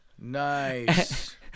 Nice